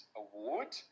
award